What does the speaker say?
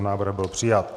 Návrh byl přijat.